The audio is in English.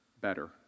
better